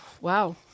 wow